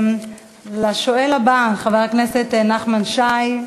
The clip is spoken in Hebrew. לשואל הבא, חבר הכנסת נחמן שי,